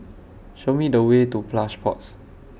Show Me The Way to Plush Pods